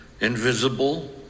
invisible